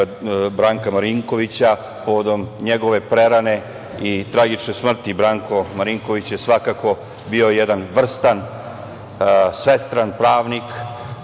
Branka Marinkovića povodom njegove prerane i tragične smrt. Branko Marinković je svakako bio jedan vrstan, svestran pravnik.